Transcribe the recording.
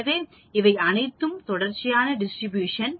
எனவே இவை அனைத்தும் தொடர்ச்சியான டிஸ்ட்ரிபியூஷன்